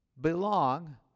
Belong